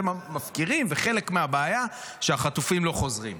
מפקירים וחלק מהבעיה שהחטופים לא חוזרים.